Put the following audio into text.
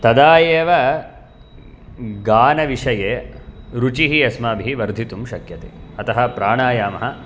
तदा एव गानविषये रुचिः अस्माभिः वर्धितुं शक्यते अतः प्राणायामः